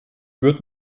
wird